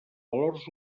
valors